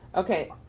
okay,